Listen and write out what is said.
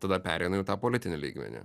tada pereina jau į tą politinį lygmenį